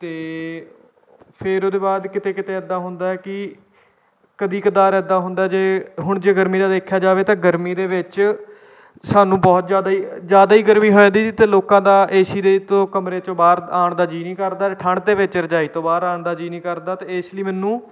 ਅਤੇ ਫਿਰ ਉਹਦੇ ਬਾਅਦ ਕਿਤੇ ਕਿਤੇ ਇੱਦਾਂ ਹੁੰਦਾ ਕਿ ਕਦੀ ਕਦਾਰ ਇੱਦਾਂ ਹੁੰਦਾ ਜੇ ਹੁਣ ਜੇ ਗਰਮੀ ਦਾ ਦੇਖਿਆ ਜਾਵੇ ਤਾਂ ਗਰਮੀ ਦੇ ਵਿੱਚ ਸਾਨੂੰ ਬਹੁਤ ਜ਼ਿਆਦਾ ਜ਼ਿਆਦਾ ਹੀ ਗਰਮੀ ਹੋ ਜਾਂਦੀ ਜਿੱਥੇ ਲੋਕਾਂ ਦਾ ਏ ਸੀ ਦੇ ਤੋਂ ਕਮਰੇ 'ਚੋਂ ਬਾਹਰ ਆਉਣ ਦਾ ਜੀਅ ਨਹੀਂ ਕਰਦਾ ਠੰਡ ਦੇ ਵਿੱਚ ਰਜਾਈ ਤੋਂ ਬਾਹਰ ਆਉਣ ਦਾ ਜੀ ਨਹੀਂ ਕਰਦਾ ਅਤੇ ਇਸ ਲਈ ਮੈਨੂੰ